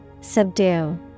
Subdue